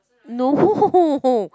no